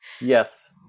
Yes